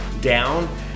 down